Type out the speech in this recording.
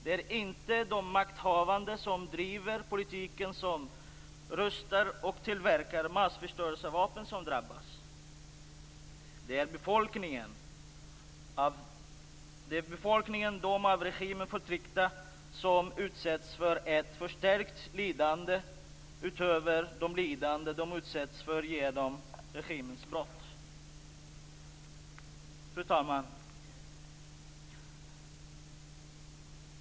Det är inte de makthavande, som driver politiken, som upprustar och tillverkar massförstörelsevapen, som drabbas. Det är befolkningen, de av regimen förtryckta, som utsätts för ett förstärkt lidande utöver de lidanden de utsätts för genom regimens brott. Fru talman!